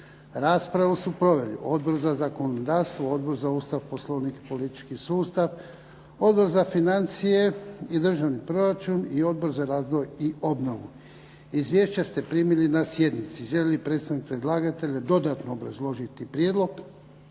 Raspravu su proveli Odbor za zakonodavstvo, Odbor za Ustav, Poslovnik i politički sustav, Odbor za financije i državni proračun i Odbor za razvoj i obnovu. Izvješća ste primili na sjednici. Želi li predstavnik predlagatelja dodatno obrazložiti prijedlog?